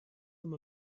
them